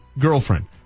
girlfriend